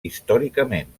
històricament